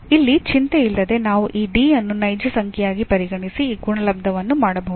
ಇಲ್ಲಿ ಚಿಂತೆಯಿಲ್ಲದೆ ನಾವು ಈ D ಅನ್ನು ನೈಜ ಸಂಖ್ಯೆಯಾಗಿ ಪರಿಗಣಿಸಿ ಈ ಗುಣಲಬ್ದವನ್ನು ಮಾಡಬಹುದು